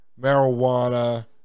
marijuana